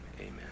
amen